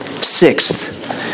Sixth